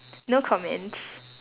no comments